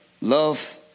love